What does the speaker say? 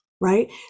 right